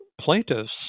plaintiff's